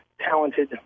talented